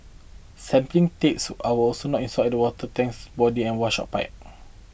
sampling taps are also not installed at the water tank's body and washout pipe